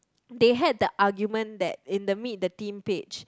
they had the argument that in the meet the team page